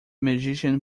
magician